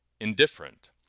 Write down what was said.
indifferent